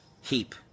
heap